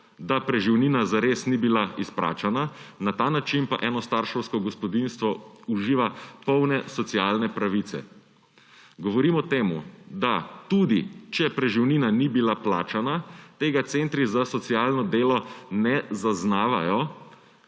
da preživnina zares ni bila izplačana. Na ta način pa enostarševsko gospodinjstvo uživa polne socialne pravice. Govorim o tem, da tudi če preživnina ni bila plačana, tega centri za socialno delo ne zaznavajo